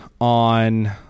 on